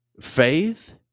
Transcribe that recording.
faith